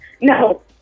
No